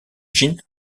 jin